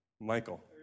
Michael